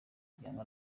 gihanwa